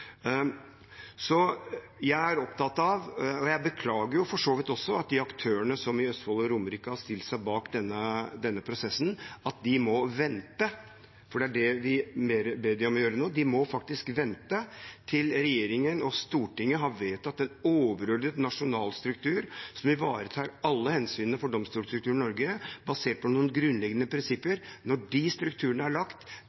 Jeg beklager for så vidt at de aktørene i Østfold og Romerike som har stilt seg bak denne prosessen, må vente, for det er det vi nå ber dem om å gjøre. De må faktisk vente til regjeringen og Stortinget har vedtatt en overordnet nasjonal struktur som ivaretar alle hensynene for domstolstrukturen i Norge, basert på noen grunnleggende